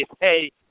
hey